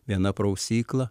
viena prausykla